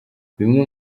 bimwe